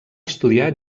estudiar